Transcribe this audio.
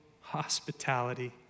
hospitality